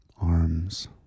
arms